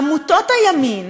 עמותות הימין,